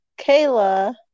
kayla